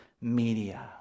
media